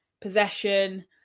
possession